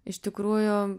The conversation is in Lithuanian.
iš tikrųjų